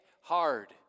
hard